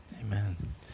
Amen